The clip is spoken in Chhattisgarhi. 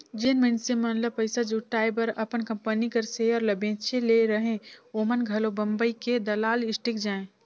जेन मइनसे मन ल पइसा जुटाए बर अपन कंपनी कर सेयर ल बेंचे ले रहें ओमन घलो बंबई हे दलाल स्टीक जाएं